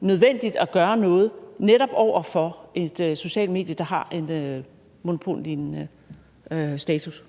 nødvendigt at gøre noget netop over for et socialt medie, der har en monopollignende status?